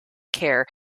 care